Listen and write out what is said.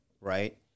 right